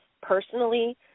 personally